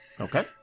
Okay